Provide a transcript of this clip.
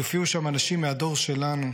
יופיעו שם אנשים מהדור שלנו,